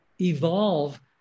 evolve